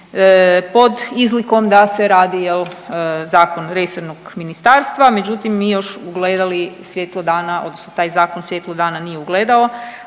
pod izlikom da se radi jel zakon resornog ministarstva, međutim mi još ugledali svjetlo dana od, taj zakon svjetlo dana nije ugledao,